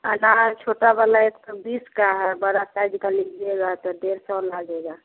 अनार छोटा वाला एक सौ बीस का है बड़ा साइज़ का लीजिएगा तो डेढ़ सौ लगेगा